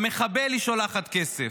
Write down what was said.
למחבל היא שולחת כסף,